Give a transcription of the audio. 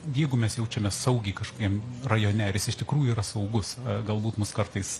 jeigu mes jaučiamės saugiai kažkokiam rajone ar jis iš tikrųjų yra saugus galbūt mus kartais